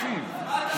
הצבעת בוועדה?